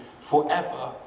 forever